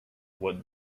what